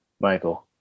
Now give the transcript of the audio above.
Michael